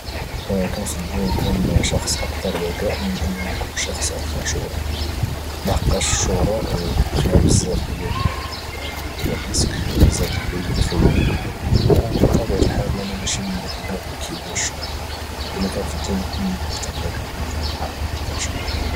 كنفضل نكون شخص اكثر الذكاء على نكون شخص اكثر شهره لحقاش الشهره فيها بزاف ديال الريسك فيها بزاف ديال الحوايج الخايبين بطبيعه الحال انا ماشي من ذاك النوع اللي كايبغي الشهوره وكانفضل اكثر نكون ذكاء من انني نكون اكثر شرور